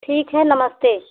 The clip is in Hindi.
ठीक है नमस्ते